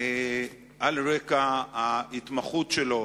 על רקע ההתמחות שלו